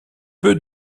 peu